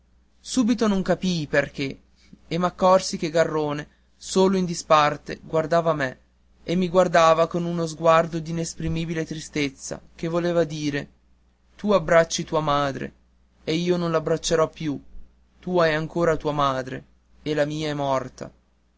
subito non capii perché ma poi m'accorsi che garrone solo in disparte guardava me e mi guardava con uno sguardo d'inesprimibile tristezza che voleva dire tu abbracci tua madre e io non l'abbraccerò più tu hai ancora tua madre e la mia è morta